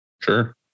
Sure